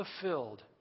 fulfilled